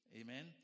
Amen